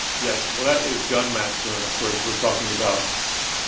yes. well, that is gunman tune. of course, we're talking about